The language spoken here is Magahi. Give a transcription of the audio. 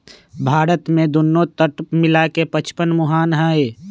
भारत में दुन्नो तट मिला के पचपन मुहान हई